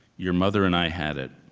your mother and i had it.